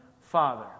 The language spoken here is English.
Father